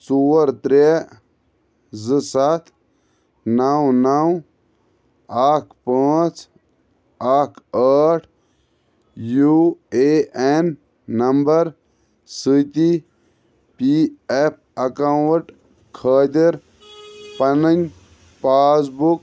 ژور ترٛےٚ زٕ سَتھ نَو نَو اَکھ پانٛژھ اکھ ٲٹھ یوٗ اے ایٚن نمبر سۭتی پی ایٚف ایٚکاونٛٹ خٲطِر پنٕنۍ پاس بُک